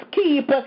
keep